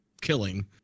killing